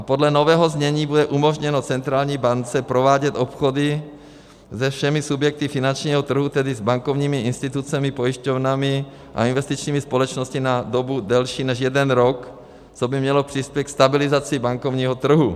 Podle nového znění bude umožněno centrální bance provádět obchody se všemi subjekty finančního trhu, tedy s bankovními institucemi, pojišťovnami a investičními společnostmi na dobu delší než jeden rok, což by mělo přispět ke stabilizaci bankovního trhu.